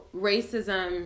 racism